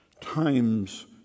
times